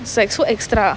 it's like so extra